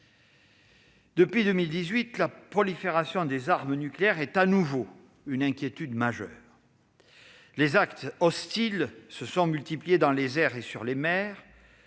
Depuis 2018, la prolifération des armes nucléaires suscite à nouveau une inquiétude majeure. Les actes hostiles se sont multipliés dans les airs et sur les mers,